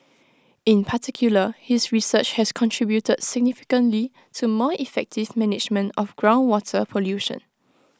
in particular his research has contributed significantly to more effective management of groundwater pollution